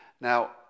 Now